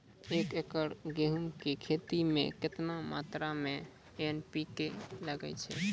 एक एकरऽ गेहूँ के खेती मे केतना मात्रा मे एन.पी.के लगे छै?